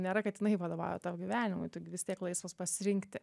nėra kad jinai vadovauja tavo gyvenimui tu gi vis tiek laisvas pasirinkti